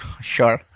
sure